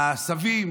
הסבים